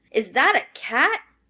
is that a cat?